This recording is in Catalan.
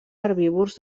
herbívors